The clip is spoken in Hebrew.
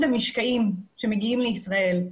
המשקעים שיורדים היום ומגיעים לישראל.